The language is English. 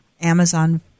amazon